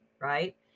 right